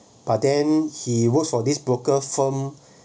but then he works for this broker firm